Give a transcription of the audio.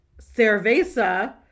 Cerveza